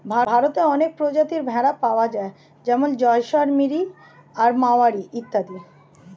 ভারতে অনেক প্রজাতির ভেড়া পাওয়া যায় যেমন জয়সলমিরি, মারোয়ারি ইত্যাদি